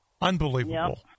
Unbelievable